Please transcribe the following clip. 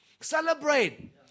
Celebrate